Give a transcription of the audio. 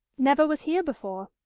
never was here before.